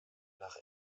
nach